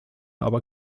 aber